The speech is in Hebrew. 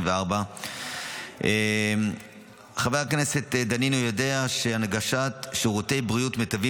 2024. חבר הכנסת דנינו יודע שהנגשת שירותי בריאות מיטביים